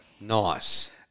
Nice